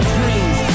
Dreams